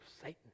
Satan